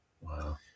Wow